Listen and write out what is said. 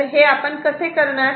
तर हे आपण कसे करणार